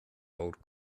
old